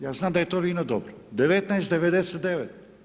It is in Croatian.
Ja znam da je to vino dobro, 19,99.